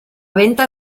venta